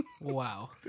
Wow